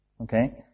Okay